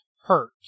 hurt